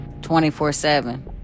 24-7